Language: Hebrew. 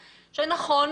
שנכון,